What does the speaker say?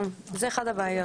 זו אחת הבעיות.